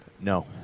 No